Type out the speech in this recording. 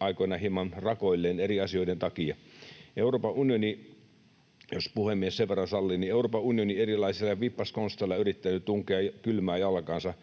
aikoina hieman rakoilleen eri asioiden takia. Euroopan unioni — jos puhemies sen verran sallii — erilaisilla vippaskonsteilla on yrittänyt tunkea kylmää jalkaansa